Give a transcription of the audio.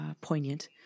poignant